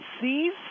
sees